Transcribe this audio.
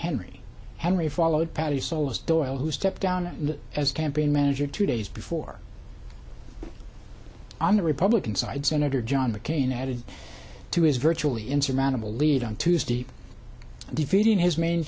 henry henry followed patti solis doyle who stepped down as campaign manager two days before on the republican side senator john mccain added to his virtually insurmountable lead on tuesday defeating his main